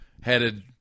headed